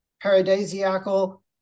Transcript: paradisiacal